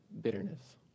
bitterness